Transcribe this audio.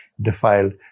defiled